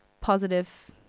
positive